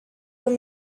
from